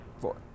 four